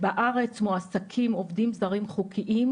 בארץ מועסקים עובדים זרים חוקיים,